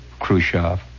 Khrushchev